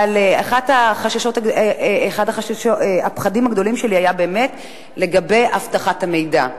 אבל אחד הפחדים הגדולים שלי היה באמת לגבי אבטחת המידע,